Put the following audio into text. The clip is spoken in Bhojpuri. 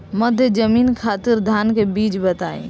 मध्य जमीन खातिर धान के बीज बताई?